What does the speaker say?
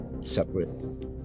separate